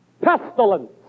pestilence